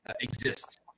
exist